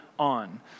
on